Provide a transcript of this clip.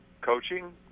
coaching